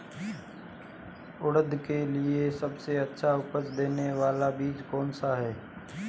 उड़द के लिए सबसे अच्छा उपज देने वाला बीज कौनसा है?